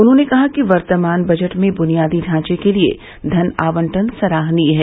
उन्होंने कहा कि वर्तमान बजट में बुनियादी ढांचे के लिए धन आवंटन सराहनीय है